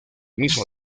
mismo